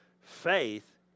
Faith